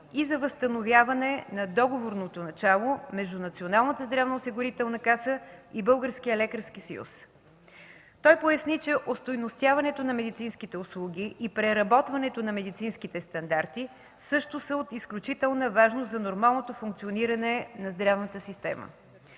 и за възстановяване на договорното начало между НЗОК и Българския лекарски съюз. Той поясни, че остойностяването на медицинските услуги и преработването на медицинските стандарти също са от изключителна важност за нормалното функциониране на здравната система.